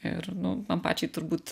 ir nu man pačiai turbūt